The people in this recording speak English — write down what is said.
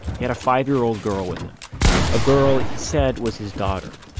he had a five year old girl with him a girl he said was his daughter.